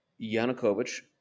Yanukovych